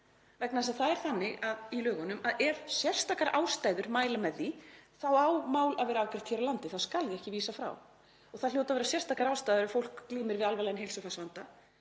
vegna þess að það er þannig í lögunum að ef sérstakar ástæður mæla með því þá á mál að vera afgreitt hér á landi, þá skal því ekki vísað frá og það hljóta að vera sérstakar ástæður ef fólk glímir við alvarlegan heilsufarsvanda,